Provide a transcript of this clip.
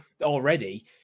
already